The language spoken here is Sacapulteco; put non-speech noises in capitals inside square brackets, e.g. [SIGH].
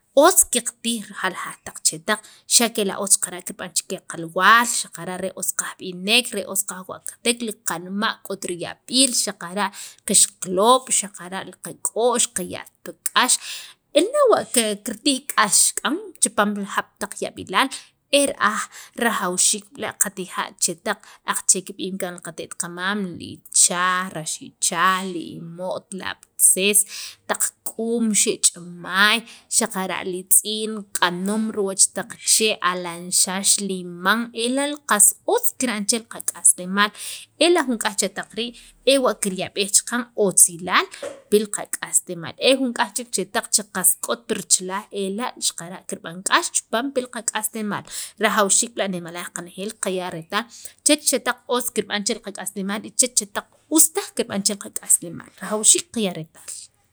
otz qeqtij jaljaq taq chetaq xa' kela' otz qab'an che qalwaal xaqara' re otz kajb'inek re otz kajwa'katek li qanma' k'o riyab'iil xaqara' kixkaloob', xaqara' li qak'o'x qaya't pi k'ax e nawa' kirtij k'ax k'an chipaam jab' ta yab'ilaal, era'aj rajawxiik b'la' qatija' chetaq aqache b'im kaan qate't qamam li ichaj, rax ichaj, li imo't, lab'tzees, taq k'uum, xe' ch'imaay, xaqara' li tz'iin, q'anoom riwach taq chee', alanxax, liman ela' qas otz kira'an che qak'aslemaal ela' jun k'ayj chetaq rii' ewa' kiryab'ej cheqan otzilaal [NOISE] pi qak'aslemaaal, e k'aj chek chetaq che k'ot pir chalaj ela' xaqara' kirb'an k'ax chipaam pil qak'aslemaal rajawxiik b'la' nemalaj qanejeel qaya' retaal chech chetaq otz kirb'an che qak'aslemaal y chech chetaq us taj kirb'an che qak'aslemaal rajawxiik qaya' retaal.